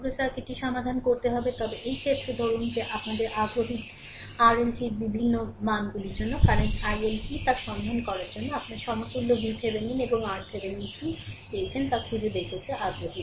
তবে এই ক্ষেত্রে ধরুন যে আমাদের আগ্রহী RLটির বিভিন্ন মানগুলির জন্য কারেন্ট il কী তা সন্ধান করার জন্য তারপরে সমতুল্য VThevenin এবং RThevenin কী পেয়েছেন তা খুঁজে বের করতেi আগ্রহী